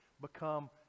become